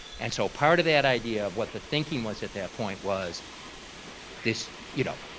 and so part of that idea of what the thinking was at that point was this, you know,